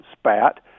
spat